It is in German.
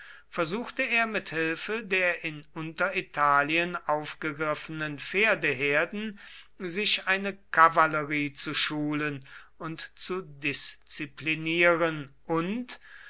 versuchte er mit hilfe der in unteritalien aufgegriffenen pferdeherden sich eine kavallerie zu schulen und zu disziplinieren und